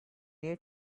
new